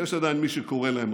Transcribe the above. ויש עדיין מי שקורא להם,